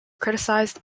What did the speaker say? criticized